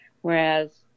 Whereas